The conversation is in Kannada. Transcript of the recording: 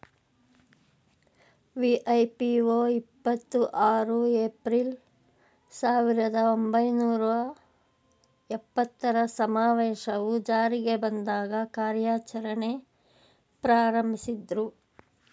ವಿ.ಐ.ಪಿ.ಒ ಇಪ್ಪತ್ತು ಆರು ಏಪ್ರಿಲ್, ಸಾವಿರದ ಒಂಬೈನೂರ ಎಪ್ಪತ್ತರ ಸಮಾವೇಶವು ಜಾರಿಗೆ ಬಂದಾಗ ಕಾರ್ಯಾಚರಣೆ ಪ್ರಾರಂಭಿಸಿದ್ರು